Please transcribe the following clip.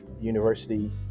university